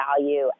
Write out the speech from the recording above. value